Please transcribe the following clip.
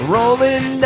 Rolling